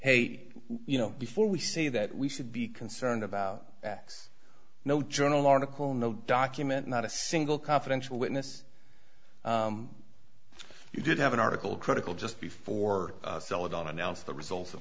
hey you know before we say that we should be concerned about x no journal article no document not a single confidential witness you did have an article critical just before celadon announce the results of